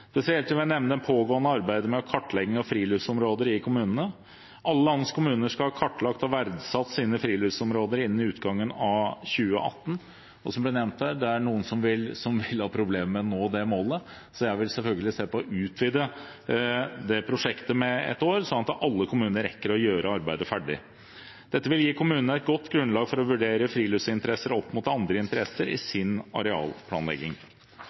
Spesielt vil jeg nevne det pågående arbeidet med kartlegging av friluftslivsområder i kommunene. Alle landets kommuner skal ha kartlagt og verdsatt sine friluftslivsområder innen utgangen av 2018. Som det ble nevnt her, er det noen som vil ha problemer med å nå det målet, så jeg vil selvfølgelig se på det å utvide prosjektet med ett år, slik at alle kommunene rekker å gjøre ferdig arbeidet. Dette vil gi kommunene et godt grunnlag for å vurdere friluftsinteresser opp mot andre interesser i sin arealplanlegging.